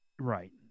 Right